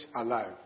alive